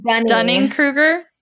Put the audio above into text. Dunning-Kruger